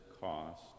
cost